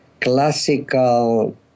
classical